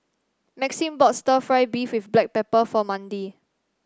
Maxim bought stir fry beef with Black Pepper for Mandi